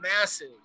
massive